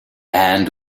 hand